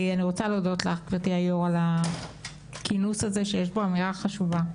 רוצה להודות לך גבירתי היו"ר על הכינוס הזה שיש בו אמירה חשובה.